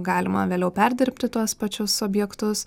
galima vėliau perdirbti tuos pačius objektus